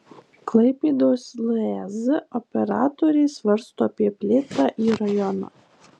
klaipėdos lez operatorė svarsto apie plėtrą į rajoną